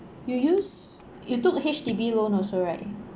you use you took H_D_B loan also right